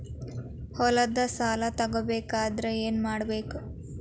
ಹೊಲದ ಸಾಲ ತಗೋಬೇಕಾದ್ರೆ ಏನ್ಮಾಡಬೇಕು?